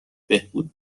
بهبود